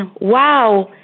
wow